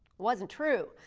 wasn't true.